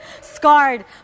scarred